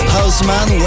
Houseman